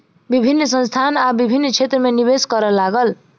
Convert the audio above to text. विभिन्न संस्थान आब विभिन्न क्षेत्र में निवेश करअ लागल